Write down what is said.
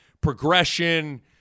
progression